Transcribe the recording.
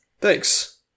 Thanks